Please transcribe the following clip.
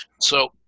So-